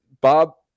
bob